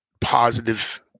positive